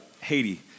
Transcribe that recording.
Haiti